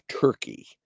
Turkey